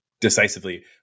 decisively